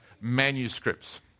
manuscripts